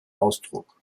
ausdruck